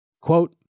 Quote